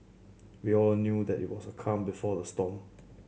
we all knew that it was the calm before the storm